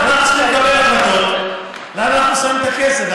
אנחנו צריכים לקבל החלטות איפה אנחנו שמים את הכסף.